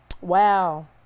Wow